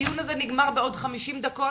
הדיון הזה נגמר בעוד חמישים דקות,